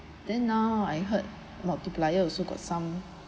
then now I heard multiplier also got some